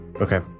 Okay